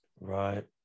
right